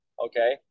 Okay